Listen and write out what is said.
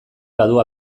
badu